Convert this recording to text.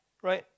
right